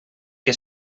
que